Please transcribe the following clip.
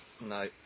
No